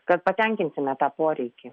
kad patenkinsime tą poreikį